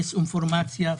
דיסאינפורמציה,